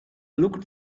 looked